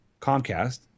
Comcast